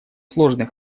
сложный